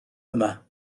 yma